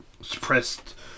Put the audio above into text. suppressed